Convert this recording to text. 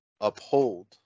uphold